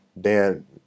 Dan